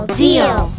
deal